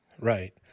right